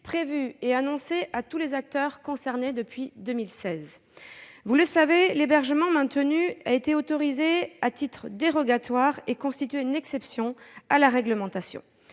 prévue et annoncée à tous les acteurs concernés depuis 2016. Vous le savez, l'hébergement maintenu était autorisé à titre dérogatoire et constituait une exception à la réglementation.